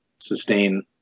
Sustain